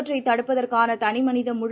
தொற்றைத் தடுப்பதற்கானதனிமனித முழு